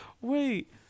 Wait